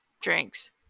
drinks